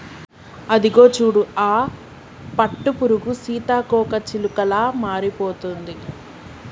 అదిగో చూడు ఆ పట్టుపురుగు సీతాకోకచిలుకలా మారిపోతుంది